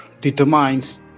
determines